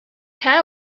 care